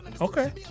Okay